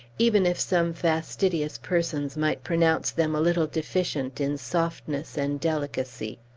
even if some fastidious persons might pronounce them a little deficient in softness and delicacy.